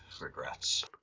regrets